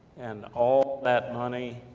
and all that money,